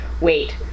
wait